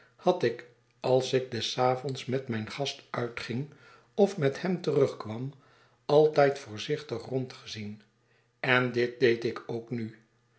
had ik als ik des avonds met mijn gast uitging of met hem terugkwam altijd voorzichtig rondgezien en dit deed ik ook nu